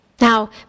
Now